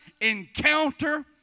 encounter